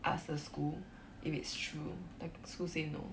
ask her school if it's true the school say no